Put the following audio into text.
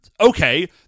Okay